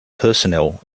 personnel